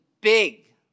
big